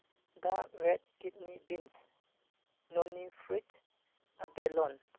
dark red kidney beans noni fruit abalone